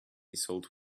sold